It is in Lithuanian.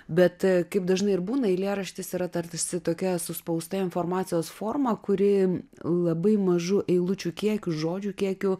bet kaip dažnai ir būna eilėraštis yra tartųsi tokia suspausta informacijos forma kuri labai mažu eilučių kiekiu žodžių kiekiu